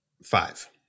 Five